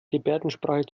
gebärdensprache